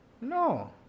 No